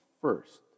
first